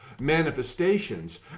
manifestations